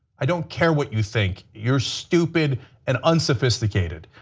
i don't care what you think, you are stupid and unsophisticated.